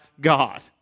God